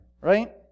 right